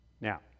Now